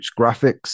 Graphics